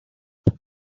grime